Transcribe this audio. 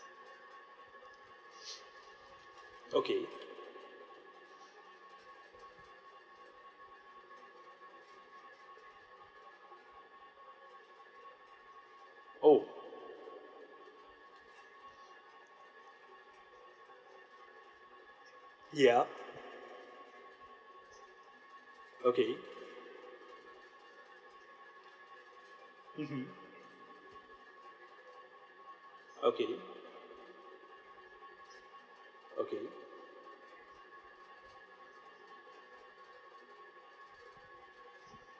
okay oh yup okay mmhmm okay okay